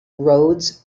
roads